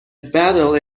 badal